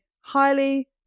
highly